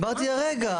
הסברתי הרגע.